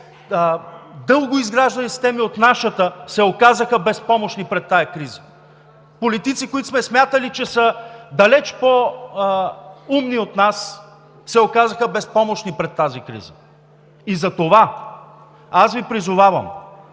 по-дълго изграждани системи от нашата се оказаха безпомощни пред тази криза. Политици, които сме смятали, че са далеч по-умни от нас, се оказаха безпомощни пред тази криза. Затова, аз Ви призовавам